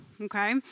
Okay